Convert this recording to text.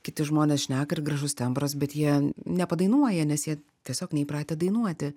kiti žmonės šneka ir gražus tembras bet jie nepadainuoja nes jie tiesiog neįpratę dainuoti